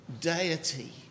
deity